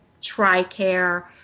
TRICARE